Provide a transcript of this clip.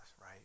right